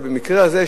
ובמקרה הזה,